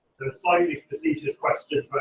like we facetious question,